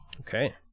Okay